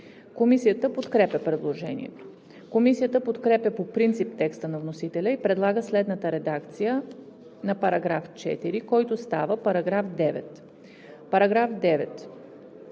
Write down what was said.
Комисията подкрепя предложението. Комисията подкрепя по принцип текста на вносителя и предлага следната редакция на § 10, който става § 16: „§ 16.